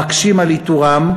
המקשה על איתורם,